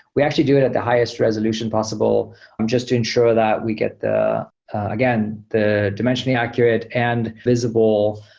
we actually do it at the highest resolution possible um just to ensure that we get the again, the dimensioning accurate and visible,